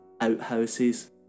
outhouses